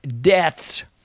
deaths